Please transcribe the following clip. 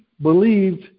believed